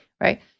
right